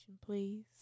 please